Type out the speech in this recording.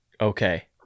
okay